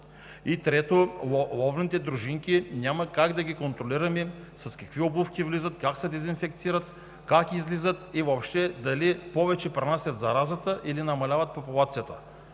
Трето, ловните дружинки няма как да ги контролираме с какви обувки влизат, как се дезинфекцират, как излизат и въобще дали повече пренасят заразата, или намаляват популацията.